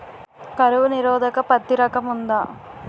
కరువు నిరోధక పత్తి రకం ఉందా?